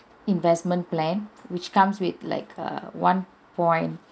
investment plan which comes with like err one point